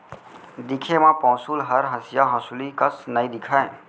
दिखे म पौंसुल हर हँसिया हँसुली कस नइ दिखय